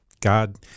God